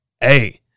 hey